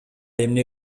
эмне